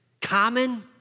common